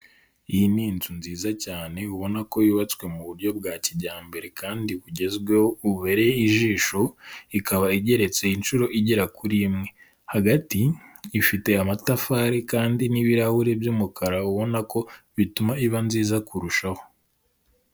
Iyi ni inzu nziza cyane ubona ko yubatswe mu buryo bwa kijyambere kandi bugezweho bubereye ijisho, ikaba igereretse inshuro igera kuri imwe, hagati ifite amatafari kandi n'ibirahuri by'umukara ubona ko bituma iba nziza kurushaho.